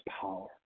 power